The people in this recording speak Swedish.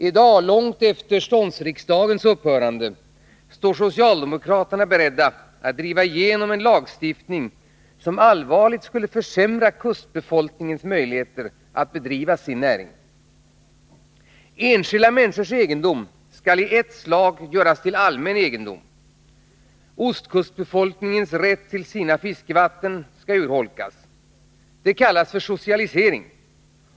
I dag — långt efter ståndsriksdagens upphörande — står socialdemokraterna beredda att driva igenom en lagstiftning, som allvarligt skulle försämra kustbefolkningens möjligheter att bedriva sin näring. Enskilda människors egendom skall i ett slag göras till allmän egendom. Ostkustbefolkningens rätt till sina fiskevatten skall urholkas. Det kallas för socialisering.